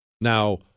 Now